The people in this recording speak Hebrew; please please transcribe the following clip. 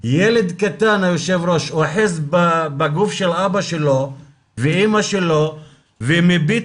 ילד קטן אוחז בגוף של אבא שלו ואמא שלו ומביט